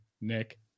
Nick